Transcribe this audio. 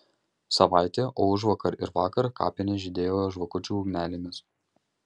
savaitė o užvakar ir vakar kapinės žydėjo žvakučių ugnelėmis